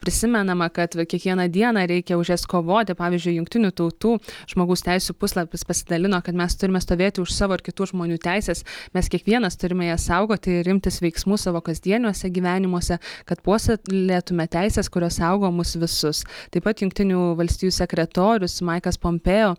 prisimenama kad kiekvieną dieną reikia už jas kovoti pavyzdžiui jungtinių tautų žmogaus teisių puslapis pasidalino kad mes turime stovėti už savo kitų žmonių teises mes kiekvienas turime jas saugoti ir imtis veiksmų savo kasdieniuose gyvenimuose kad puoselėtume teises kurios saugo mus visus taip pat jungtinių valstijų sekretorius maikas pompėo